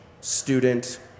student